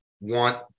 want